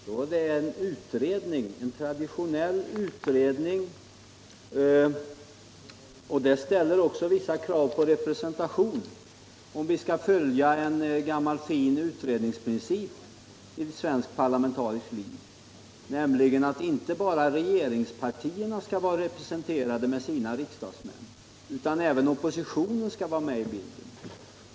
Då är det en utredning, en traditionell utredning som ställer vissa krav på representation, om vi skall följa en gammal fin utredningsprincip i svenskt parlamentariskt liv, nämligen att inte bara regeringspartierna skall vara representerade med sina riksdagsmän utan även oppositionen.